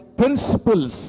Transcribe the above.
principles